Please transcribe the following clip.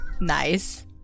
Nice